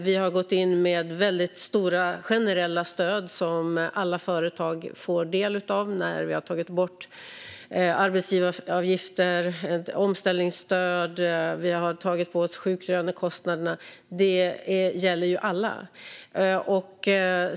Vi har gått in med väldigt stora generella stöd som alla företag får del av, då vi har tagit bort arbetsgivaravgifter, företag får omställningsstöd och vi har tagit på oss sjuklönekostnaderna. Det gäller ju alla.